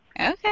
Okay